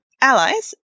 allies